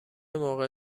موقع